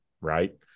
right